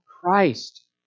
Christ